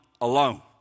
alone